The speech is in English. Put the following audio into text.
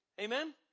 Amen